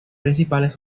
principales